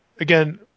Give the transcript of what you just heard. Again